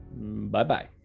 Bye-bye